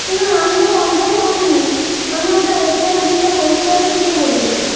না আমি ওটা ওইভাবে করিনি আমি ওটা A plus B by whole স্কোয়ারের সূত্রে করেছি